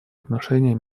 отношение